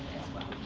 as well.